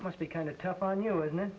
it must be kind of tough on you and then